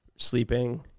sleeping